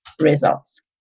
results